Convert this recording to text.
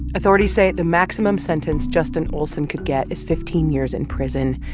authorities say the maximum sentence justin olsen could get is fifteen years in prison.